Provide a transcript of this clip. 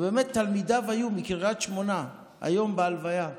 באמת תלמידיו מקריית שמונה היו היום בהלוויה.